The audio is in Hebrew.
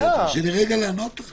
תרשה לי לענות לך.